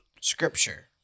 scripture